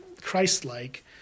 Christ-like